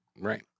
Right